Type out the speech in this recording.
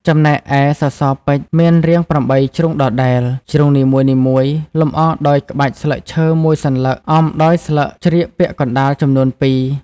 ចំណែកឯ សសរពេជ្យ មានរាង ៨ ជ្រុងដដែល ជ្រុងនីមួយៗលម្អដោយក្បាច់ស្លឹងឈើមួយសន្លឹកអមដោយស្លឹកជ្រៀកពាក់កណ្តាល់ចំនួន២។